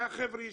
שהחבר'ה ישמעו.